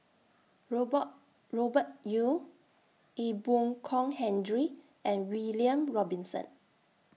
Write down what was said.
Robert Robert Yeo Ee Boon Kong Henry and William Robinson